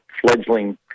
fledgling